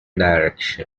direction